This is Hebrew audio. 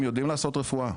הם יודעים לעשות רפואה.